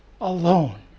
alone